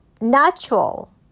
natural